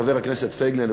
חבר הכנסת פייגלין,